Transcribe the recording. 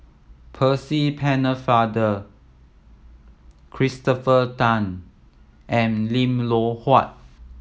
Percy Pennefather Christopher Tan and Lim Loh Huat